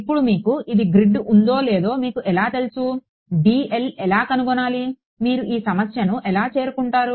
ఇప్పుడు మీకు ఇది గ్రిడ్ ఉందో లేదో మీకు ఎలా తెలుసు డిఎల్ని ఎలా కనుగొనాలి మీరు ఈ సమస్యను ఎలా చేరుకుంటారు